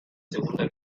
segunda